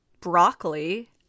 Broccoli